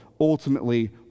ultimately